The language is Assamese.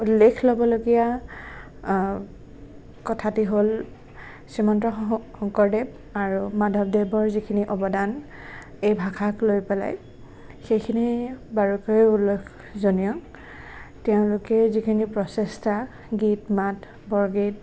উল্লেখ ল'বলগীয়া কথাটি হ'ল শ্ৰীমন্ত শংকৰদেৱ আৰু মাধৱদেৱৰ যিখিনি অৱদান এই ভাষাক লৈ পেলাই সেইখিনি বাৰুকৈ উল্লেখজনীয় তেওঁলোকে যিখিনি প্ৰচেষ্টা গীত মাত বৰগীত